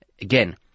Again